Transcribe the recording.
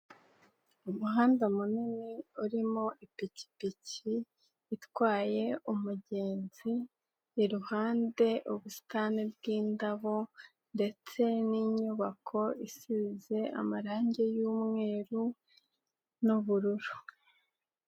Umuhanda munini urimo ipikipiki itwaye umugenzi, iruhande ubusitani bw'indabo ndetse n'inyubako isize amarangi y'umweru n'ubururu.